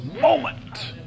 moment